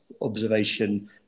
observation